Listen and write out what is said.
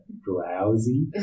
Drowsy